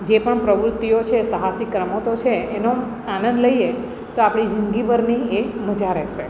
જે પણ પ્રવૃત્તિઓ છે સાહસિક રમતો છે એનો આનંદ લઇએ તો આપણી જિંદગીભરની એ મજા રહેશે